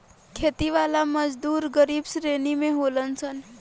खेती वाला मजदूर गरीब श्रेणी के होलन सन